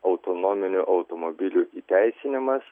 autonominių automobilių įteisinimas